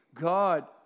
God